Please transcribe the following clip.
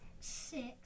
Six